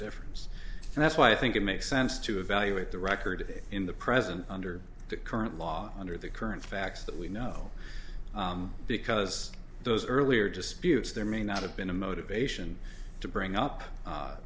difference and that's why i think it makes sense to evaluate the record in the present under the current law under the current facts that we know because those earlier disputes there may not have been a motivation to bring up